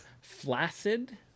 flaccid